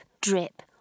drip